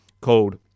called